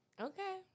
Okay